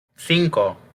cinco